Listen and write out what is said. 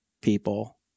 people